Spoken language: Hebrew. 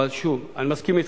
אבל שוב, אני מסכים אתך.